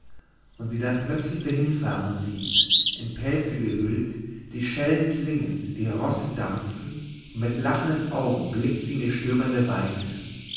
und sie dann plötzlich dahin fahren sieht in pelze gehüllt die schellen klingen die rosse dampfen und mit lachenden augen blickt sie in die stöbernde weite